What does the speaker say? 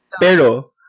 Pero